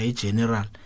general